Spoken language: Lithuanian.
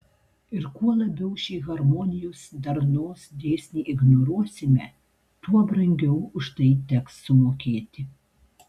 ir kuo labiau šį harmonijos darnos dėsnį ignoruosime tuo brangiau už tai teks sumokėti